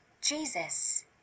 Jesus